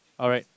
alright